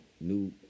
New